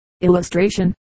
Illustration